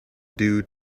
due